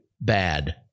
bad